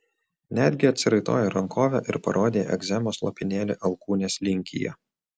netgi atsiraitojai rankovę ir parodei egzemos lopinėlį alkūnės linkyje